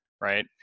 right